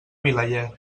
vilaller